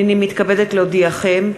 הנני מתכבדת להודיעכם,